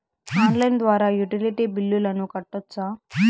Online ద్వారా utility బిల్లులను కట్టొచ్చా?